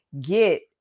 get